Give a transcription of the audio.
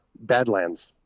Badlands